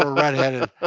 um red-headed,